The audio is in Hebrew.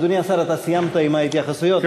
אדוני השר, אתה סיימת את ההתייחסויות?